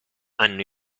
hanno